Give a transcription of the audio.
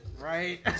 Right